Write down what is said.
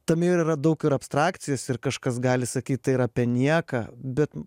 tame yra daug ir abstrakcijos ir kažkas gali sakyt tai yra apie nieką bet